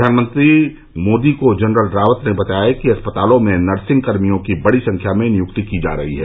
प्रधानमंत्री मोदी को जनरल रावत ने बताया कि अस्पतालों में नर्सिंग कर्मियों की बड़ी संख्या में नियुक्ति की जा रही है